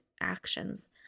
actions